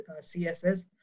css